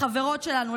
לחברות שלנו,